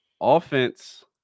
offense